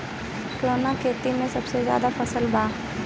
कवने खेती में सबसे ज्यादा फायदा बा?